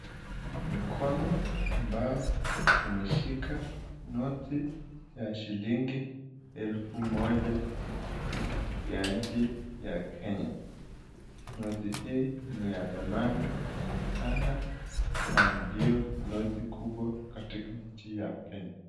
Mkono ambao umeshika noti ya shilingi elfu moja ya nchi ya Kenya. Noti hii ni ya thamani sana na ndio noti kubwa katika nchi ya Kenya.